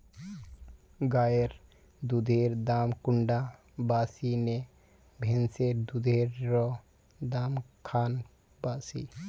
गायेर दुधेर दाम कुंडा बासी ने भैंसेर दुधेर र दाम खान बासी?